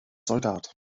soldat